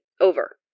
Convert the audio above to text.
Over